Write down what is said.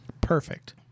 Perfect